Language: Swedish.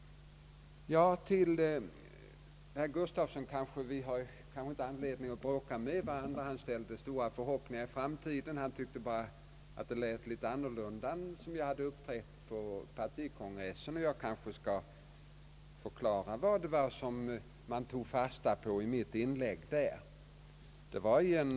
Till herr Gustafsson vill jag säga att vi kanske inte har anledning att bråka med varandra. Han ställde stora förhoppningar på framtiden. Men herr Gustafsson tyckte att mitt här gjorda uttalande inte helt stämde överens med mitt uppträdande på partikongressen. Jag kanske därför skall förklara vad det var som man tog fasta på i mitt inlägg på partikongressen.